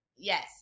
Yes